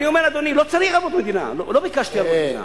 לא צריך ערבות מדינה, לא ביקשתי ערבות מדינה.